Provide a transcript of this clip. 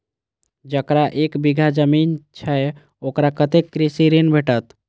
जकरा एक बिघा जमीन छै औकरा कतेक कृषि ऋण भेटत?